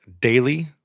daily